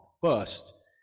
first